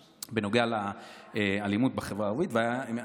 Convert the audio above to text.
שאילתה בנוגע לאלימות בחברה הערבית, והיום,